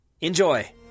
Enjoy